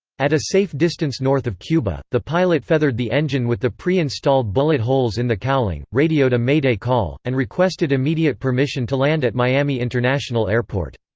at a safe distance north of cuba, the pilot feathered the engine with the pre-installed bullet holes in the cowling, radioed a mayday call, and requested immediate permission to land at miami international airport.